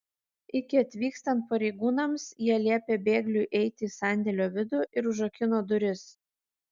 iki atvykstant pareigūnams jie liepė bėgliui eiti į sandėlio vidų ir užrakino duris